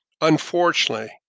Unfortunately